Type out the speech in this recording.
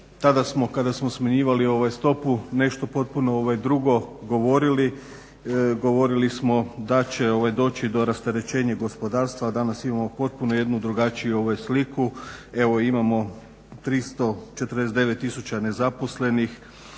tada smo kada smo smanjivali stopu nešto potpuno drugo govorili. Govorili smo da će doći do rasterećenja gospodarstva a danas imamo potpuno jednu drugačiju sliku. Evo imamo 349 tisuća nezaposlenih,